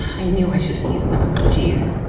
i knew i should've used some emojis,